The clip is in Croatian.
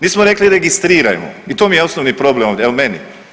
Nismo rekli registrirajmo i to mi je osnovni problem ovdje, evo meni.